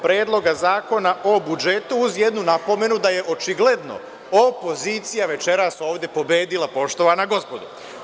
Predloga zakona o budžetu, uz jednu napomenu da je očigledno opozicija večeras ovde pobedila, poštovana gospodo.